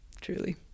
Truly